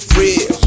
real